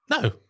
No